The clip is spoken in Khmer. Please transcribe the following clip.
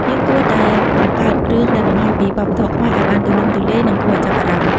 យើងគួរតែបង្កើតរឿងដែលបង្ហាញពីវប្បធម៌ខ្មែរឲ្យបានទូលំទូលាយនិងគួរឲ្យចាប់អារម្មណ៍។